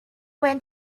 went